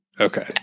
Okay